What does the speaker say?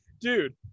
dude